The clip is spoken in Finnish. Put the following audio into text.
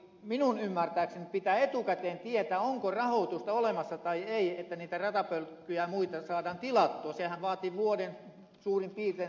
ainakin minun ymmärtääkseni pitää etukäteen tietää onko rahoitusta olemassa vai ei että niitä ratapölkkyjä muita saadaan tilattua sehän vaati vuoden suurin piirtein